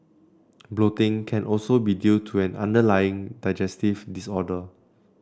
bloating can also be due to an underlying digestive disorder